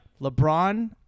LeBron